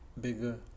Bigger